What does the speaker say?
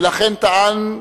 ולכן, טען,